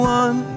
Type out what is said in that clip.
one